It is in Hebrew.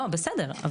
בסדר.